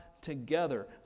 together